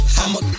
I'ma